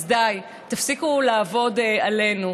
אז די, תפסיקו לעבוד עלינו.